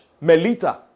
Melita